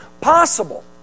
possible